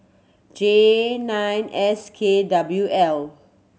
J nine S K W L